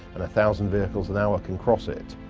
and a thousand vehicles an hour can cross it.